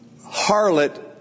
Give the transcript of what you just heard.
harlot